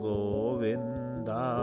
Govinda